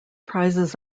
prizes